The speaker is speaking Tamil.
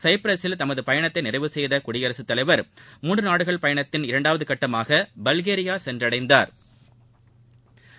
சைப்ரசில் தனது பயணத்தை நிறைவு செய்த குடியரசுத்தலைவர் மூன்று நாடுகள் பயணத்தின் இரண்டாவது கட்டமாக பல்கேரியா சென்றடைந்தாா்